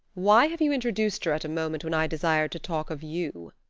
why have you introduced her at a moment when i desired to talk of you?